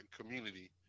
community